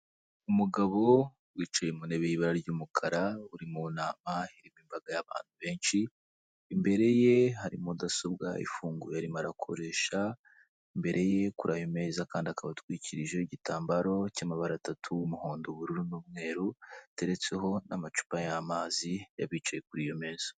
Umugabo wicaye mu ntebe y'ibara ry'umukara uri mu nama irimo imbaga y'abantu benshi, imbere ye hari mudasobwa ifunguye arimo arakoresha, imbere ye kuri ayo meza kandi akaba atwikirije igitambaro cy'amabara atatu, umuhondo, ubururu n'umweru hateretseho n'amacupa y'amazi y'abicaye kuri iyo meza.